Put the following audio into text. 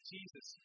Jesus